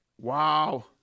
Wow